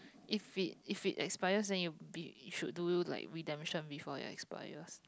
if it if it expires then you be should do like redemption before you expires